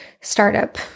startup